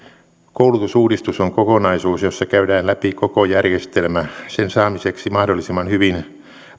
koulutusuudistus on kokonaisuus jossa käydään läpi koko järjestelmä jotta se saadaan mahdollisimman hyvin palvelemaan